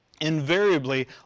Invariably